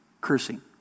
cursing